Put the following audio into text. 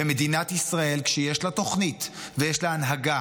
ומדינת ישראל, כשיש לה תוכנית ויש לה הנהגה